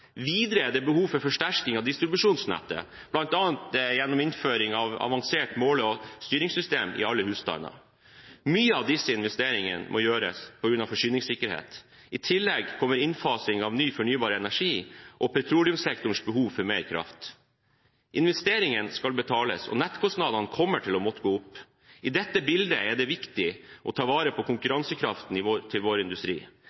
Videre er det behov for forsterkning av distribusjonsnettet, bl.a. gjennom innføring av avansert måle- og styringssystem i alle husstander. Mye av disse investeringene må gjøres på grunn av forsyningssikkerhet. I tillegg kommer innfasing av ny, fornybar energi og petroleumssektorens behov for mer kraft. Investeringen skal betales, og nettkostnadene kommer til å måtte gå opp. I dette bildet er det viktig å ta vare på konkurransekraften til vår industri.